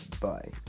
bye